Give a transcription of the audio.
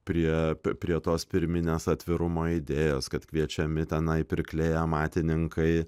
prie prie tos pirminės atvirumo idėjos kad kviečiami tenai pirkliai amatininkai